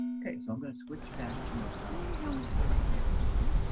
ok, so i'm going to switch back to my powerpoint you know quickly